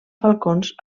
falcons